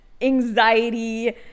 anxiety